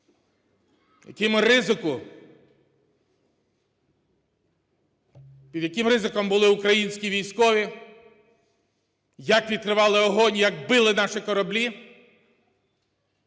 під яким ризиком були українські військові, як відкривали вогонь, як били наші кораблі,